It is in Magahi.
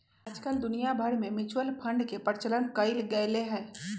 आजकल दुनिया भर में म्यूचुअल फंड के प्रचलन कइल गयले है